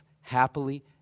happily